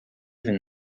even